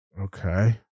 okay